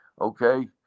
okay